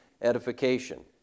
edification